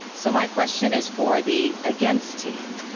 so my question is for the against team.